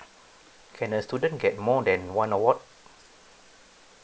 can a student get more than one award